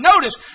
notice